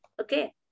Okay